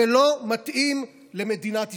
זה לא מתאים למדינת ישראל.